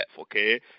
okay